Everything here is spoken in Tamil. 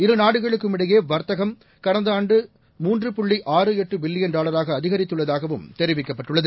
இரு நாடுகளுக்கும் இடையே வா்த்தகம் கடந்த ஆண்டு மூன்று புள்ளி ஆறு எட்டு பில்லியன் டாலராக அதிகரித்துள்ளதாகவும் தெரிவிக்கப்பட்டுள்ளது